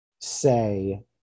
say